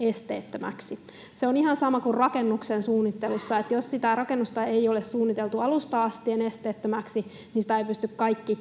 esteettömiksi. Se on ihan sama kuin rakennuksen suunnittelussa, että jos sitä rakennusta ei ole suunniteltu alusta asti esteettömäksi, niin sitä eivät pysty kaikki